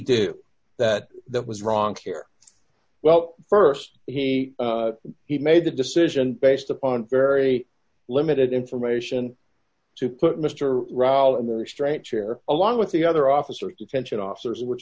do that that was wrong here well st he he made the decision based upon very limited information to put mr raw in the restraint chair along with the other officers detention officers which